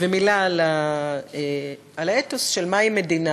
ומילה על האתוס של מהי מדינה,